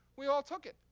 we all took it.